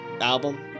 album